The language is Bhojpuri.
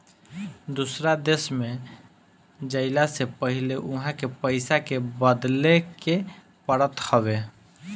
दूसरा देश में जइला से पहिले उहा के पईसा के बदले के पड़त हवे